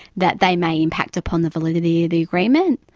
that they may impact upon the validity of the agreement,